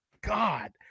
god